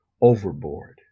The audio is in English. overboard